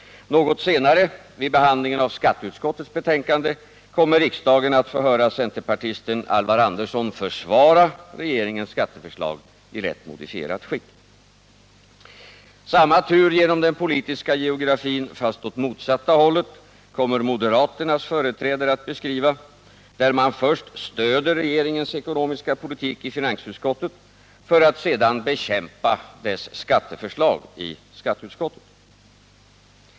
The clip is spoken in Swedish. Något senare, vid behandlingen av skatteutskottets betänkande, kommer riksdagen att få höra centerpartisten Alvar Andersson försvara regeringens skatteförslag i lätt modifierat skick. Samma tur genom den politiska geografin, fast åt det motsatta hållet, kommer moderaternas företrädare att beskriva, där man först stöder regeringens ekonomiska politik i finansutskottet för att sedan bekämpa dess skatteförslag i skatteutskottet.